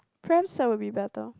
program side will be better